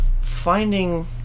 finding